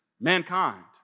mankind